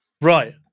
Right